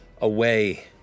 away